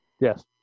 Yes